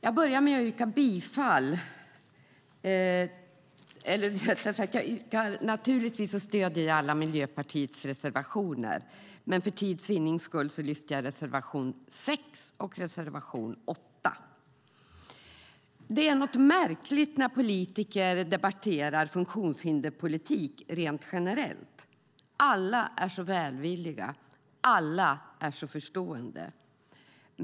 Fru talman! Jag stöder alla Miljöpartiets reservationer, men för tids vinnande yrkar jag bifall bara till reservation 6 och reservation 8. Det är något märkligt när politiker debatterar funktionshinderspolitik rent generellt. Alla är så välvilliga. Alla är så förstående.